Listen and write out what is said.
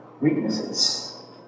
weaknesses